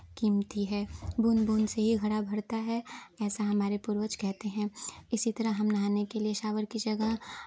कीमती है बूंद बूंद से ही घड़ा भरता है ऐसा हमारे पूर्वज कहते हैं इसी तरह हम नहाने के लिए शावर की जगह